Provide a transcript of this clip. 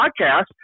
podcast